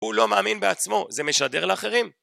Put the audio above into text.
הוא לא מאמין בעצמו, זה משדר לאחרים.